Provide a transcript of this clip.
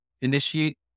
initiate